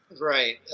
Right